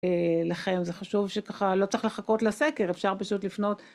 לכן, זה חשוב שככה, לא צריך לחכות לסקר, אפשר פשוט לפנות.